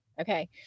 Okay